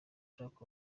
barack